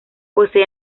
posee